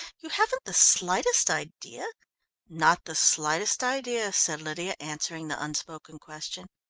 you haven't the slightest idea not the slightest idea, said lydia, answering the unspoken question.